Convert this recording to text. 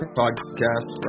podcast